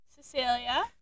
Cecilia